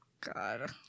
God